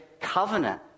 covenant